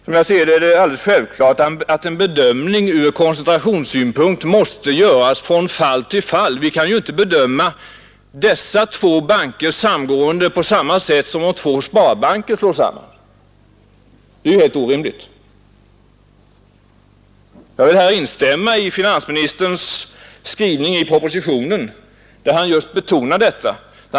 Det är för mig alldeles självklart att en bedömning ur koncentrationssynpunkt måste göras från fall till fall. Vi kan ju inte bedöma dessa två bankers samgående på samma sätt som om två sparbanker slås samman — det är helt orimligt. Jag vill här instämma i finansministerns skrivning i propositionen där han just betonar detta.